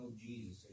Jesus